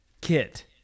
Kit